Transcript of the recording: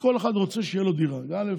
כל אחד רוצה שתהיה לו דירה כי א.